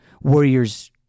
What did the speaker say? Warriors